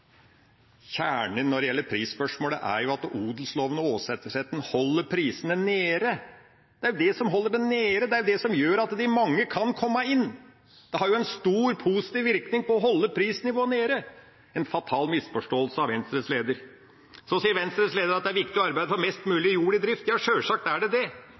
Kjernen når det gjelder prisspørsmålet, er jo at odelsloven og åsetesretten holder prisene nede. Det er de som holder dem nede, det er de som gjør at de mange kan komme inn. De har jo en stor positiv virkning på å holde prisnivået nede. Dette er en fatal misforståelse av Venstres leder. Så sier Venstres leder at det er viktig å arbeide for mest mulig jord i drift. Ja, sjølsagt er det det.